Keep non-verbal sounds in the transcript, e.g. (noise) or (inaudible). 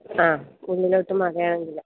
ആ ഉള്ളിലേക്ക് (unintelligible)